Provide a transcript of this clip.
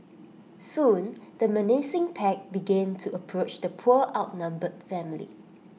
soon the menacing pack began to approach the poor outnumbered family